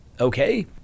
okay